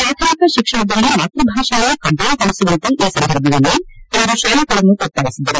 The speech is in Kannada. ಪ್ರಾಥಮಿಕ ಶಿಕ್ಷಣದಲ್ಲಿ ಮಾತ್ಪಭಾಷೆಯನ್ನು ಕಡ್ಡಾಯಗೊಳಿಸುವಂತೆ ಈ ಸಂದರ್ಭದಲ್ಲಿ ಅವರು ಶಾಲೆಗಳನ್ನು ಒತ್ತಾಯಿಸಿದರು